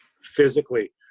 physically